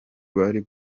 bari